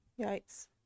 Yikes